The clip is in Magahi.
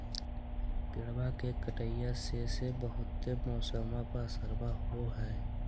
पेड़बा के कटईया से से बहुते मौसमा पर असरबा हो है?